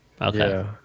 Okay